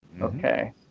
Okay